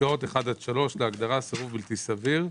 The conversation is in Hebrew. בפסקאות (1) עד (3) להגדרה "סירוב בלתי סביר",